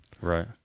Right